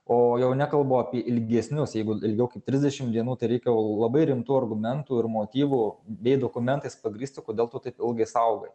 o jau nekalbu apie ilgesnius jeigu ilgiau kaip trisdešim dienų tai reikia labai rimtų argumentų ir motyvų bei dokumentais pagrįsti kodėl tu taip ilgai saugai